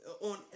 on